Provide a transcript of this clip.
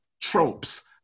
tropes